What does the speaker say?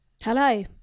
Hello